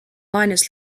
linus